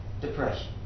depression